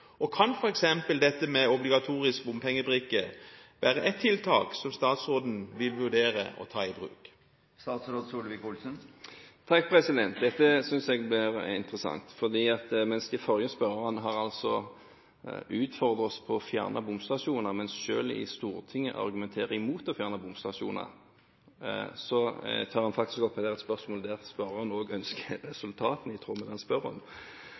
Og kan f.eks. obligatorisk bompengebrikke være et tiltak som statsråden vil vurdere å ta i bruk? Dette synes jeg er interessant. Mens de forrige spørrerne har utfordret oss på å fjerne bomstasjoner, men i Stortinget selv argumenterer mot å fjerne bomstasjoner, tar denne spørreren opp spørsmål der han selv ønsker resultater i tråd med det han spør om.